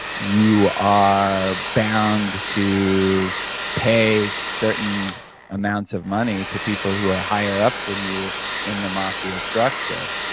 you are bound to pay certain amounts of money to people who are higher up than you in the mafia structure.